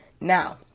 Now